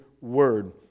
word